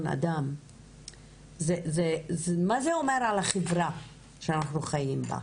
בני אדם מה זה אומר על החברה שאנחנו חיים בה,